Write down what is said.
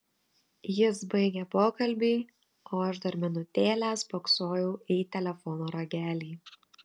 jis baigė pokalbį o aš dar minutėlę spoksojau į telefono ragelį